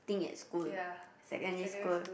thing at schoolsecondary school